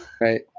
Right